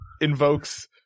invokes